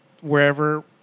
wherever